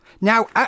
Now